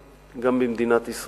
אני לא אומר את זה,